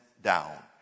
down